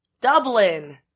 Dublin